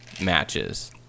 matches